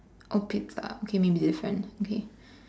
all picked ah okay maybe this one okay